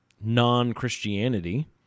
non-Christianity